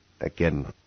Again